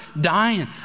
dying